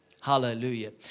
hallelujah